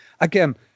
Again